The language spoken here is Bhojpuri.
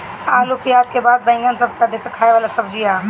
आलू पियाज के बाद बैगन सबसे अधिका खाए वाला सब्जी हअ